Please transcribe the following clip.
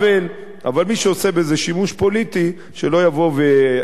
אבל מי שעושה בזה שימוש פוליטי שלא יבוא לאחר מכן,